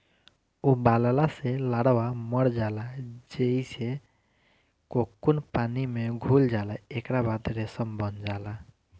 उबालला से लार्वा मर जाला जेइसे कोकून पानी में घुल जाला एकरा बाद रेशम बन जाला